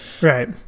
right